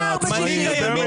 ימין